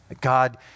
God